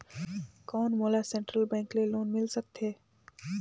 कौन मोला central bank ले लोन मिल सकथे?